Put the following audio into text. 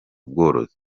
bworozi